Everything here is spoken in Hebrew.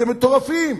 אתם מטורפים.